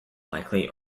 likely